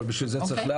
אבל בשביל זה יש להיערך,